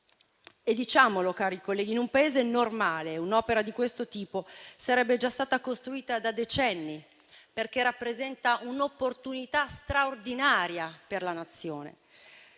Diciamolo, cari colleghi, in un Paese normale, un'opera di questo tipo sarebbe già stata costruita da decenni, perché rappresenta un'opportunità straordinaria per la Nazione.